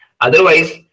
otherwise